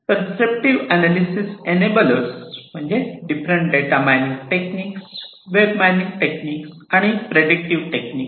prescriptive analytics enablers म्हणजे different data mining technique web mining technique आणि predictive technique